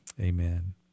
Amen